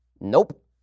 Nope